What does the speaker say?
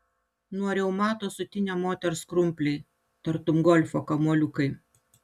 nuo reumato sutinę moters krumpliai tartum golfo kamuoliukai